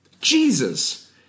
Jesus